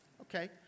Okay